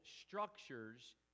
structures